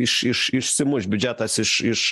iš iš išsimuš biudžetas iš iš